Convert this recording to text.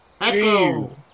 Echo